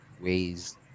ways